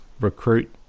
recruit